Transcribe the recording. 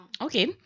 Okay